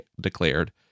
declared